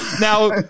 Now